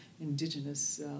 indigenous